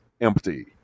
empty